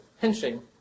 pinching